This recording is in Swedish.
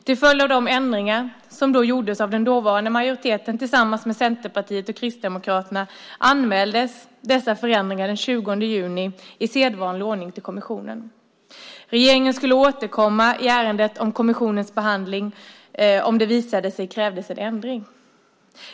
Till följd av de ändringar som då gjordes av den dåvarande majoriteten tillsammans med Centerpartiet och Kristdemokraterna anmäldes dessa förändringar den 20 juni till kommissionen i sedvanlig ordning. Regeringen skulle återkomma i ärendet om kommissionens behandling visade sig kräva en ändring.